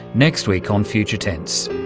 next week on future tense.